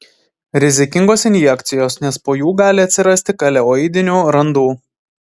rizikingos injekcijos nes po jų gali atsirasti keloidinių randų